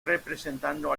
representando